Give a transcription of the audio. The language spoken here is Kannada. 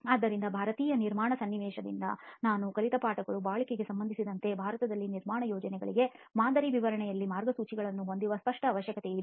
ಆದ್ದರಿಂದ ಭಾರತೀಯ ನಿರ್ಮಾಣ ಸನ್ನಿವೇಶದಿಂದ ನಾವು ಕಲಿತ ಪಾಠಗಳು ಬಾಳಿಕೆಗೆ ಸಂಬಂಧಿಸಿದಂತೆ ಭಾರತದಲ್ಲಿ ನಿರ್ಮಾಣ ಯೋಜನೆಗಳಿಗೆ ಮಾದರಿ ವಿವರಣೆಯಲ್ಲಿ ಮಾರ್ಗಸೂಚಿಗಳನ್ನು ಹೊಂದುವ ಸ್ಪಷ್ಟ ಅವಶ್ಯಕತೆಯಿದೆ